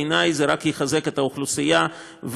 בעיני זה רק יחזק את האוכלוסייה ויפתח